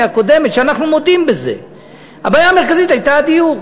הקודמת שאנחנו מודים בה הייתה הדיור.